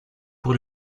pour